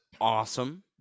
awesome